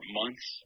months